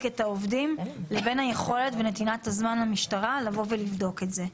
עובדים ובין היכולת לתת למשטרה את הזמן לבדוק את זה.